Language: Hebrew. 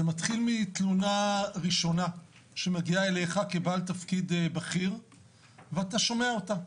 מתלונה ראשונה שמגיעה אליך כבעל תפקיד בכיר ואתה שומע אותה,